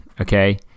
okay